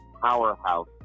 powerhouse